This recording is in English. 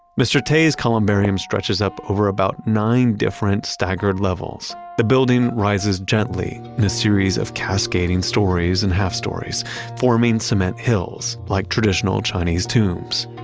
mr. tay's columbarium stretches up over about nine different staggered levels. the building rises gently in a series of cascading stories and half stories forming cement hills like traditional chinese tombs.